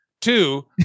Two